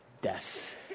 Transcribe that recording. death